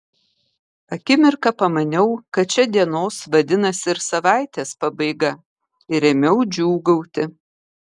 akimirką pamaniau kad čia dienos vadinasi ir savaitės pabaiga ir ėmiau džiūgauti